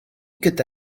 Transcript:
gyda